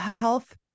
health